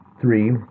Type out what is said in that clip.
three